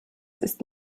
ist